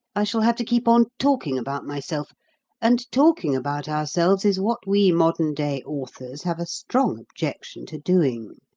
i shall have to keep on talking about myself and talking about ourselves is what we modern-day authors have a strong objection to doing.